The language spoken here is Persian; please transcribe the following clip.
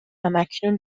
همکنون